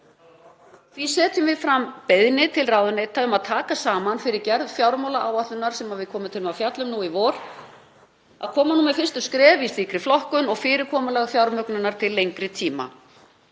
Því setjum við fram beiðni til ráðuneyta um að taka saman fyrir gerð fjármálaáætlunar, sem við komum til með að fjalla um nú í vor, og koma með fyrstu skref í slíkri flokkun og fyrirkomulag fjármögnunar til lengri tíma.